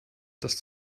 dass